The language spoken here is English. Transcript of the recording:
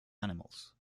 animals